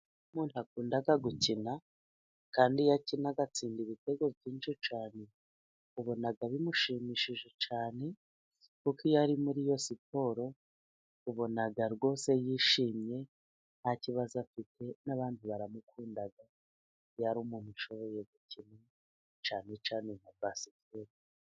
Iyo umuntu akunda gukina, kandi iyo akina agatsinda ibitego byinshi cyane, ubonaga bimushimishije cyane, kuko iyo ari muriyo siporo ubonaga rwose yishimye, ntakibazo afite, n'abandi baramukunda iyar'umuntu ushoboye gukina, cyane cyane nka basikete.